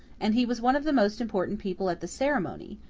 and he was one of the most important people at the ceremony,